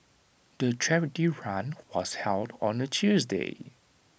the charity run was held on A Tuesday